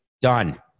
done